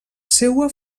seua